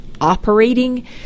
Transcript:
operating